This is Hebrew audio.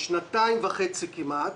שנתיים וחצי כמעט.